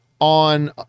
on